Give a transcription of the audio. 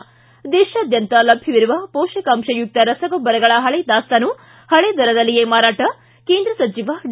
ಿ ದೇಶಾದ್ಯಂತ ಲಭ್ಯವಿರುವ ಪೋಷಕಾಂಶಯುಕ್ತ ರಸಗೊಬ್ಲರಗಳ ಹಳೆ ದಾಸ್ತಾನು ಹಳೆ ದರದಲ್ಲಿಯೇ ಮಾರಾಟ ಕೇಂದ್ರ ಸಚಿವ ಡಿ